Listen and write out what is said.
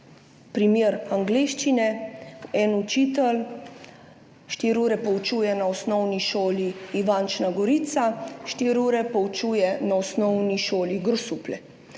primer angleščine, en učitelj štiri ure poučuje na Osnovni šoli Ivančna Gorica, štiri ure poučuje na Osnovni šoli Grosuplje.